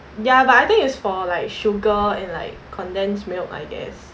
ya but I think is for like sugar and like condensed milk I guess